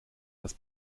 das